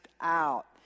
out